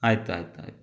ಆಯಿತು ಆಯಿತು ಆಯಿತು